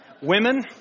Women